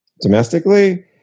Domestically